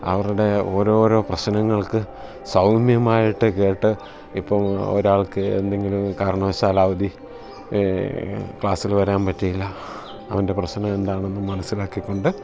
അവരുടെ ഓരോരോ പ്രശ്നങ്ങൾക്ക് സൗമ്യമായിട്ട് കേട്ടു ഇപ്പം ഒരാൾക്ക് എന്തെങ്കിലും കാരണവശാൽ അവധി ക്ലാസ്സിൽ വരാൻ പറ്റിയില്ല അവൻ്റെ പ്രശ്നം എന്താണെന്നും മനസ്സിലാക്കിക്കൊണ്ട്